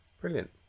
Brilliant